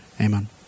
Amen